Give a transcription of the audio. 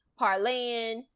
parlaying